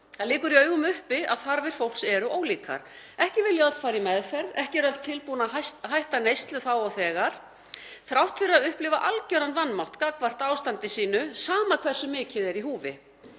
Það liggur í augum uppi að þarfir fólks eru ólíkar; ekki vilja öll fara í meðferð, ekki eru öll tilbúin að hætta neyslu þá og þegar þrátt fyrir að upplifa algjöran vanmátt gagnvart ástandi sínu, sama hversu mikið er í húfi.